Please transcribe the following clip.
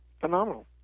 phenomenal